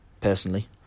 personally